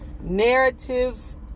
Narratives